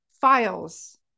files